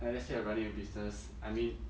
like let's say you're running a business I mean